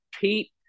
Pete –